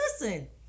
Listen